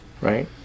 right